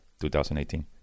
2018